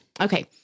Okay